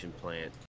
plant